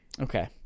Okay